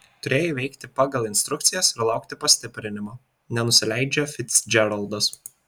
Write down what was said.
turėjai veikti pagal instrukcijas ir laukti pastiprinimo nenusileidžia ficdžeraldas